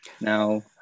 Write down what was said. now